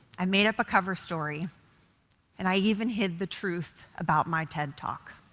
i made up a cover story and i even hid the truth about my ted talk.